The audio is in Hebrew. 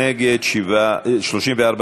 התשע"ו 2016,